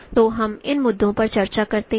तो हम इन मुद्दों पर चर्चा करते हैं